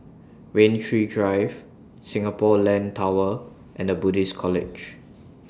Rain Tree Drive Singapore Land Tower and The Buddhist College